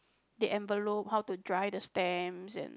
the envelope how to dry the stamp and